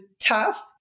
tough